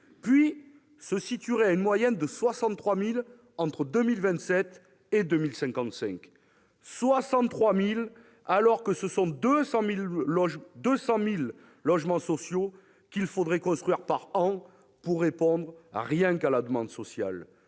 puis se situerait à une moyenne de 63 000 entre 2027 et 2055. Seulement 63 000, alors que ce sont 200 000 logements sociaux qu'il faudrait construire par an pour répondre à la demande sociale